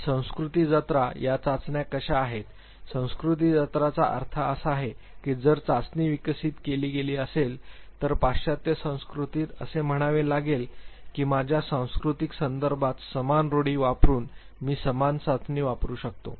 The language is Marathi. आणि संस्कृती जत्रा या चाचण्या कशा आहेत संस्कृती जत्राचा अर्थ असा आहे की जर चाचणी विकसित केली गेली असेल तर पाश्चात्य संस्कृतीत असे म्हणावे लागेल की माझ्या सांस्कृतिक संदर्भात समान रूढी वापरुन मी समान चाचणी वापरु शकतो